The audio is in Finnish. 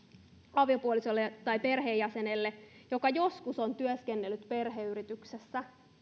aviopuolisolle tai perheenjäsenelle joka joskus on työskennellyt perheyrityksessä